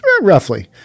roughly